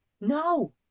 No